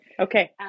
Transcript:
Okay